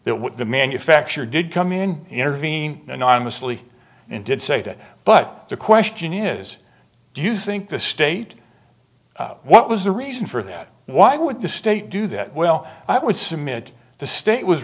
what the manufacturer did come in intervene anonymously and did say that but the question is do you think the state what was the reason for that why would the state do that well i would submit the state was